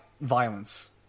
violence